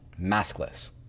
maskless